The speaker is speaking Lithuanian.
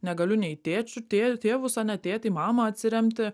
negaliu nei tėčiu tė tėvus ane tėtį mamą atsiremti